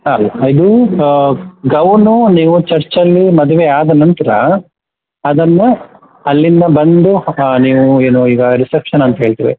ಹಾಂ ಇದು ಗೌನೂ ನೀವು ಚರ್ಚಲ್ಲಿ ಮದುವೆ ಆದ ನಂತರ ಅದನ್ನು ಅಲ್ಲಿಂದ ಬಂದು ನೀವು ಏನು ಈಗ ರಿಸೆಪ್ಷನ್ ಅಂತ ಹೇಳ್ತೇವೆ